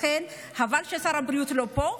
לכן, חבל ששר הבריאות לא פה,